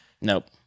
Nope